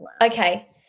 Okay